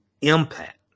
impact